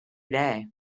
day